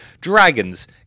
Dragons